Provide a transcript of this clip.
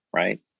right